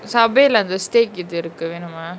subway lah அந்த:antha steak இது இருக்கு வேணுமா:ithu iruku venumaa